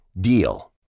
DEAL